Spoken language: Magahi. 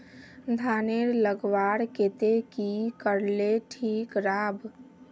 धानेर लगवार केते की करले ठीक राब?